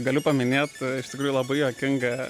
galiu paminėt iš tikrųjų labai juokingą